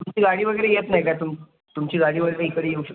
तुमची गाडी वगैरे येत नाही काय तुम तुमची गाडी वगैरे इकडे येऊ शकते